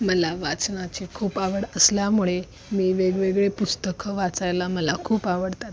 मला वाचनाची खूप आवड असल्यामुळे मी वेगवेगळे पुस्तकं वाचायला मला खूप आवडतात